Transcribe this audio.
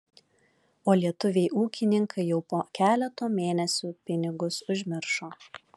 o lietuviai ūkininkai jau po keleto mėnesių pinigus užmiršo